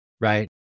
Right